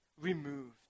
removed